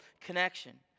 connection